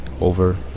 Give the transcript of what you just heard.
over